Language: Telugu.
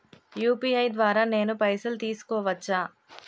యూ.పీ.ఐ ద్వారా నేను పైసలు తీసుకోవచ్చా?